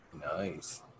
Nice